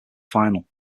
final